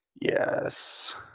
Yes